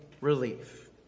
relief